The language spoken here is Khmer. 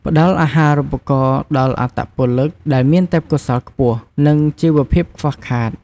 ផ្ដល់អាហារូបករណ៍ដល់អត្តពលិកដែលមានទេពកោសល្យខ្ពស់ និងជីវភាពខ្វះខាត។